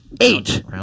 eight